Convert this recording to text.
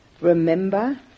remember